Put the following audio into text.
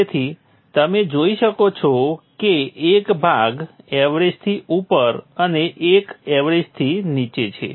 તેથી તમે જોઈ શકો છો કે એક ભાગ એવરેજથી ઉપર અને એક એવરેજથી નીચે છે